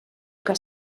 que